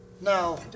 Now